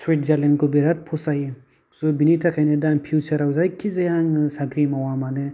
सुइजारलेण्डखौ बेराद फसायो स' दा बेनि थाखायनो जायखि जाया आङो साख्रि मावा मानो